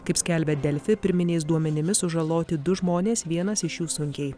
kaip skelbė delfi pirminiais duomenimis sužaloti du žmonės vienas iš jų sunkiai